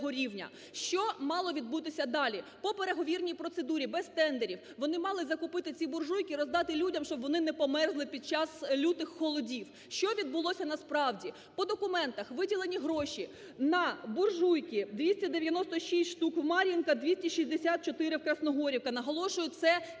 Що мало відбутися далі? По переговірній процедурі, без тендерів, вони мали закупити ці буржуйки і роздати людям, щоб вони не померзли під час лютих холодів. Що відбулося насправді? По документах виділені гроші на буржуйки, 296 штук– Мар'їнка, 264 – Красногорівка. Наголошую, це кінець